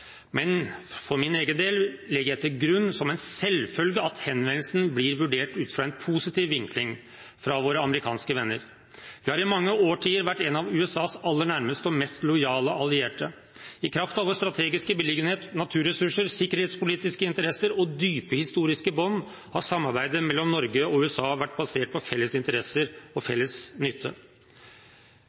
men for min egen del legger jeg til grunn som en selvfølge at henvendelsen blir vurdert ut fra en positiv vinkling fra våre amerikanske venner. Vi har i mange årtier vært en av USAs aller nærmeste og mest lojale allierte. I kraft av vår strategiske beliggenhet, naturressurser, sikkerhetspolitiske interesser og dype historiske bånd har samarbeidet mellom Norge og USA vært basert på felles interesser og felles nytte.